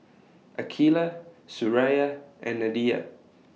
Aqeelah Suraya and Nadia